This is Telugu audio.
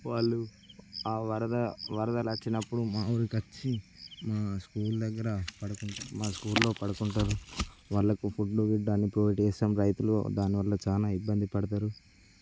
వాళ్ళు ఆ వరద వరదలు వచ్చినపుడు మా ఊరికి వచ్చి మా స్కూల్ దగ్గర మా స్కూల్లో పడుకుంటారు వాళ్ళకు ఫుడ్డు గిడ్డు అన్నీ ప్రొవైడ్ చేస్తారు దాని వల్ల చాలా ఇబ్బంది పడతారు